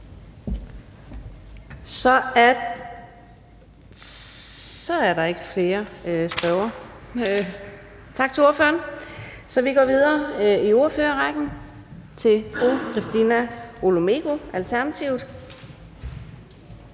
Så er der ikke flere spørgere. Tak til ordføreren. Så vi går videre i ordførerrækken til fru Christina Olumeko, Alternativet.